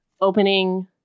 Opening